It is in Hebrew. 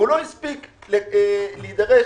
והוא לא הספיק להידרש.